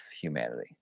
humanity